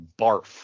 barf